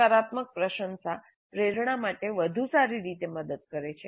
સકારાત્મક પ્રશંસા પ્રેરણા માટે વધુ સારી રીતે મદદ કરે છે